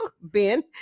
Ben